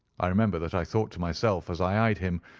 i remember that i thought to myself, as i i eyed him,